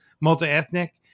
multi-ethnic